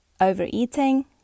overeating